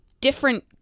different